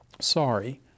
sorry